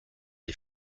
les